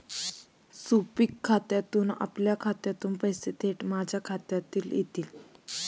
sweep खात्यातून आपल्या खात्यातून पैसे थेट माझ्या खात्यात येतील